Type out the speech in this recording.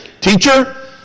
Teacher